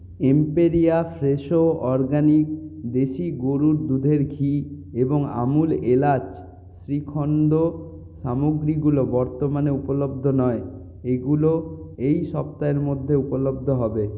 Emperia Fresho organic দেশি গরুর দুধের ঘি এবং আমুল এলাচ শ্রীখন্দ সামগ্রীগুলো বর্তমানে উপলব্ধ নয় এগুলো এই সপ্তাহের মধ্যে উপলব্ধ হবে